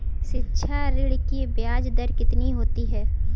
शिक्षा ऋण की ब्याज दर कितनी होती है?